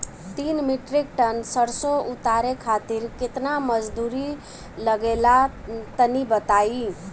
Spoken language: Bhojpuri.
तीन मीट्रिक टन सरसो उतारे खातिर केतना मजदूरी लगे ला तनि बताई?